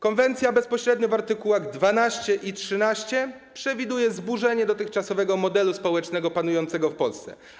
Konwencja bezpośrednio w art. 12 i 13 przewiduje zburzenie dotychczasowego modelu społecznego panującego w Polsce.